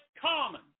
common